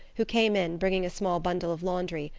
who came in, bringing a small bundle of laundry,